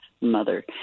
mother